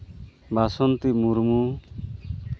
Basanti Murmu